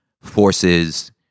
forces